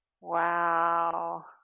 Wow